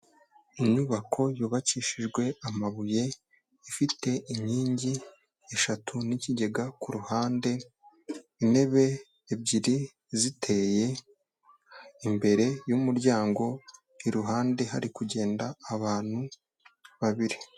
Inyubako yubakishijwe amabuye, ifite inkingi eshatu n'ikigega ku ruhande, intebe ebyiri ziteye imbere y'umuryango, iruhande hari kugenda abantu babiri.